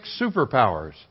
superpowers